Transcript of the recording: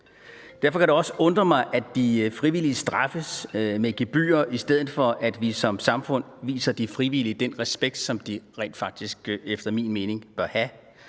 Derfor kan det også undre mig, at de frivillige straffes med gebyrer, i stedet for at vi som samfund viser de frivillige den respekt, som de rent faktisk efter min mening bør have.